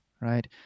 right